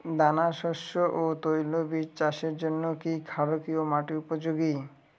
দানাশস্য ও তৈলবীজ চাষের জন্য কি ক্ষারকীয় মাটি উপযোগী?